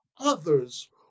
others